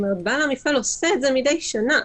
בעל המפעל עושה את זה מידי שנה.